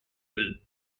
will